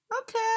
okay